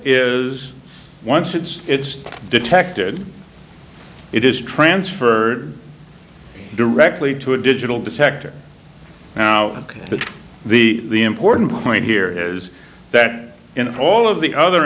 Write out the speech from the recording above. once it's detected it is transferred directly to a digital detector now ok but the the important point here is that in all of the other